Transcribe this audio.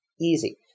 easy